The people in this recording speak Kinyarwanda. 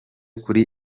kuri